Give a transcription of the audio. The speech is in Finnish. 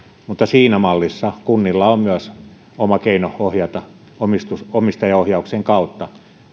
mutta siinä mallissa kunnilla on myös oma keino ohjata omistajaohjauksen kautta